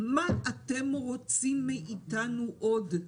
מה אתם רוצים מאיתנו עוד.